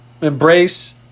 embrace